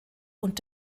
und